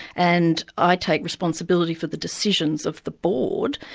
and i take responsibility for the decisions of the board,